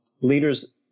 leaders